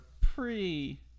pre